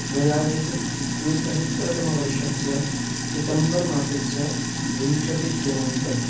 द्व्यधिकद्विसहस्रतमवर्षस्य सितम्बर् मासस्य विंशतिदिनाङ्कः